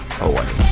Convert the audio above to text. away